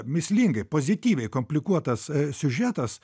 mįslingai pozityviai komplikuotas siužetas